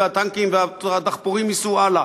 והטנקים והדחפורים ייסעו הלאה.